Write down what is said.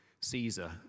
Caesar